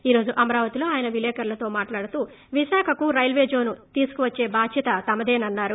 ఈ రోజు అమరావతిలో ఆయన విలేకరులతో మాట్లాడుతూ విశాఖకు రైల్వే జోన్ తీసుకోచ్చే బాధ్యత తమదేనన్నారు